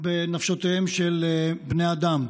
בנפשותיהם של בני אדם.